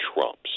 Trump's